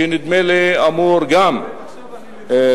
שנדמה לי שאמור לתמוך,